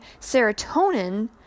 serotonin